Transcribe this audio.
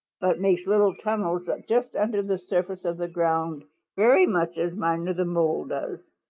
but makes little tunnels just under the surface of the ground very much as miner the mole does.